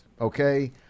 Okay